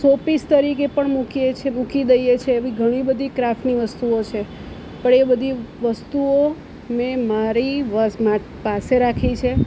showpiece તરીકે પણ મૂકીએ છે મૂકી દઈએ છે એવી ઘણી બધી ક્રાફ્ટની વસ્તુઓ છે પણ એ બધી વસ્તુઓ મેં મારી વસ પાસે રાખી છે